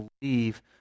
believe